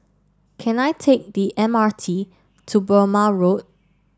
can I take the M R T to Burmah Road